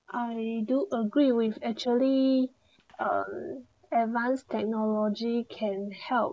I do agree we've actually um advanced technology can help